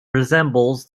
resembles